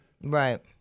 Right